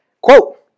quote